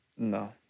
No